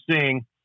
seeing